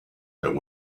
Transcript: that